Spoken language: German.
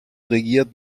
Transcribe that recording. regiert